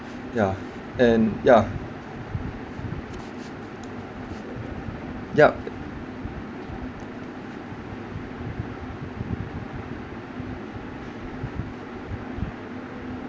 yeah and yeah yup